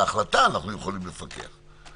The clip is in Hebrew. על ההחלטה אנחנו יכולים לפקח.